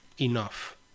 Enough